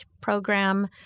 program